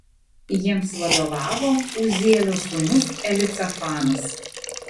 jiems vadovavo uzielio sūnus elicafanas